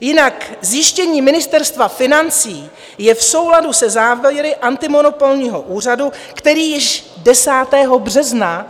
Jinak zjištění Ministerstva financí je v souladu se závěry antimonopolního úřadu, který již 10. března